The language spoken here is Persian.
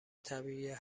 طبیعیه